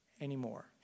anymore